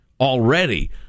already